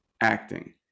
acting